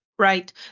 right